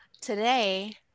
Today